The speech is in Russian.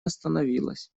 остановилась